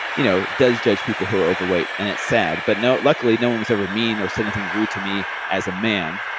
you know, does judge people who are overweight and it's sad, but luckily, no one was ever mean or said anything rude to me as a man.